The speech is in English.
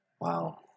Wow